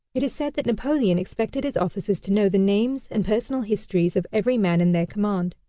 it is said that napoleon expected his officers to know the names and personal histories of every man in their command.